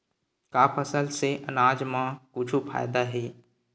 का फसल से आनाज मा कुछु फ़ायदा हे?